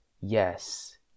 Yes